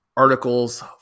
articles